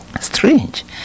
Strange